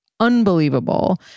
Unbelievable